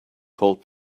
called